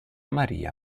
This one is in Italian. maria